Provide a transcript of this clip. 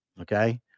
Okay